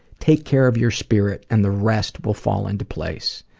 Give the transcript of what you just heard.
take care of your spirit and the rest will fall into place.